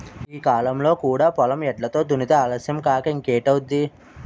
ఈ కాలంలో కూడా పొలం ఎడ్లతో దున్నితే ఆలస్యం కాక ఇంకేటౌద్ది?